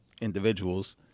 individuals